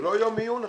לא יום עיון עכשיו.